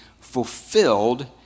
fulfilled